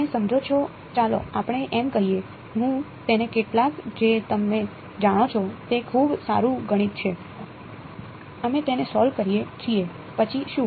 તમે સમજો છો ચાલો આપણે એમ કહીએ હું તેને કેટલાક જે તમે જાણો છો તે ખૂબ સારું ગણિત છે અમે તેને સોલ્વ કરીએ છીએ પછી શું